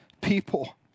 people